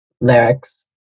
lyrics